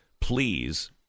please